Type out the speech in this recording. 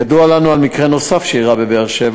2. ידוע לנו על מקרה נוסף שאירע בבאר-שבע,